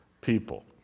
people